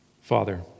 Father